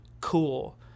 cool